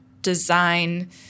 design